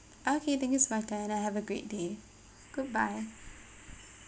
okay thank you so much and have a great day goodbye